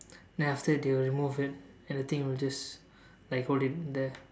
then after that they will remove it and the thing will just like hold in there